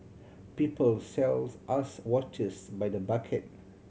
people sells us watches by the bucket